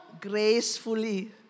gracefully